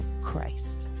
Christ